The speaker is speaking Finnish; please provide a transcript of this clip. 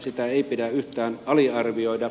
sitä ei pidä yhtään aliarvioida